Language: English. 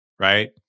right